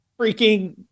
freaking